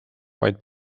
vaid